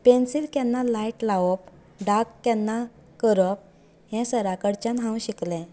pencil केन्ना light लावप dark केन्ना करप हें सरा कडच्यान हांव शिकले